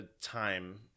time